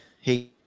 hey